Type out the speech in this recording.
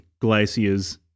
glaciers